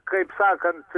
kaip sakant